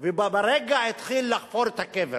ובו ברגע התחיל לחפור את הקבר.